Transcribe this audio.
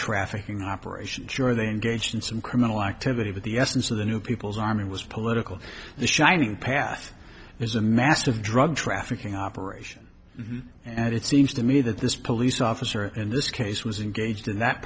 trafficking operation sure they engaged in some criminal activity but the essence of the new people's army was political the shining path is a massive drug trafficking operation and it seems to me that this police officer in this case was engaged in that